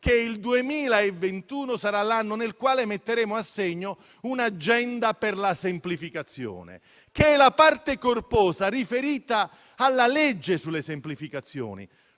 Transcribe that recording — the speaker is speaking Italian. che il 2021 sarà l'anno nel quale metteremo a segno un'agenda per la semplificazione, che è la parte corposa riferita alla legge sulle semplificazioni.